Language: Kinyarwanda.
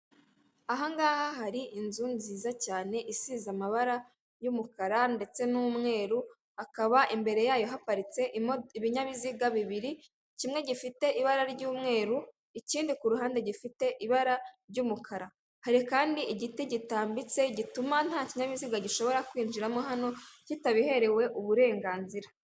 Ahangaha hari inzu nziza cyane isize amabara y'umukara ndetse n'umweru, akaba imbere yayo haparitse ibinyabiziga bibiri kimwe gifite ibara ry'umweru ikindi ku ruhande gifite ibara ry'umukara, hari kandi igiti gitambitse gituma nta kinyabiziga gishobora kwinjiramo hano kitabiherewe uburenganzira.